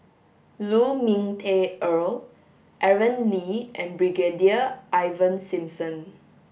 Lu Ming Teh Earl Aaron Lee and Brigadier Ivan Simson